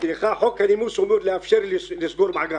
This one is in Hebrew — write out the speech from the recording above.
חוק הנימוס אומר לאפשר לי לסגור מעגל,